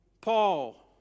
Paul